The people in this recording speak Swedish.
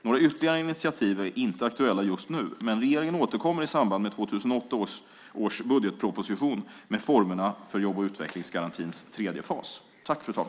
Några ytterligare initiativ är inte aktuella just nu, men regeringen återkommer i samband med 2008 års budgetproposition med formerna för jobb och utvecklingsgarantins tredje fas.